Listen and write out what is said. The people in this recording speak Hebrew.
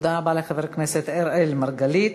תודה רבה לחבר הכנסת אראל מרגלית.